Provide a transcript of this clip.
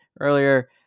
earlier